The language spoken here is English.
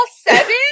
seven